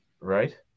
Right